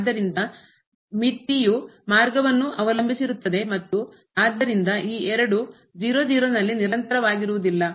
ಆದ್ದರಿಂದ ಮಿತಿಯು ಮಾರ್ಗವನ್ನು ಅವಲಂಬಿಸಿರುತ್ತದೆ ಮತ್ತು ಆದ್ದರಿಂದ ಈ ಎರಡು 0 0 ನಲ್ಲಿ ನಿರಂತರವಾಗಿರುವುದಿಲ್ಲ